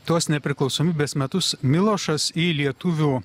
tuos nepriklausomybės metus milošas į lietuvių